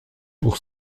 pour